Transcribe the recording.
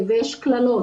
ויש קללות.